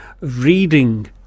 reading